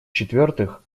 четвертых